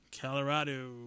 Colorado